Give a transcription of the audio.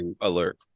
alert